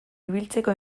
ibiltzeko